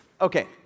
Okay